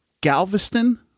Galveston